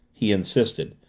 he insisted,